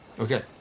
Okay